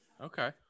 Okay